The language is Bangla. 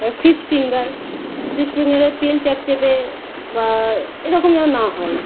আর ফিশ ফিঙ্গার ফিশ ফিঙ্গারে তেল চ্যাপচ্যাপে বা এরকম যেন না হয়